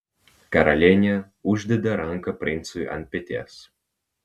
karalienė uždeda ranką princui ant peties